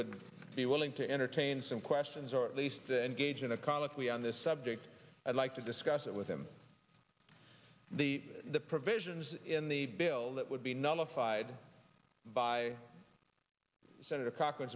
would be willing to entertain some questions or at least to engage in a colloquy on this subject i'd like to discuss it with him the the provisions in the bill that would be nullified by senator coc